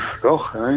floja